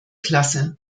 klasse